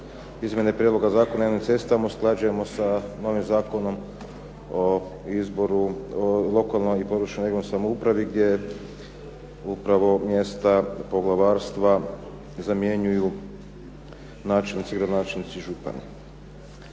izmjena Prijedloga zakona o cestama usklađujemo sa novim Zakonom o izboru u lokalnoj i područnoj (regionalnoj) samoupravi gdje upravo mjesna poglavarstva zamjenjuju načelnici, gradonačelnici i župani.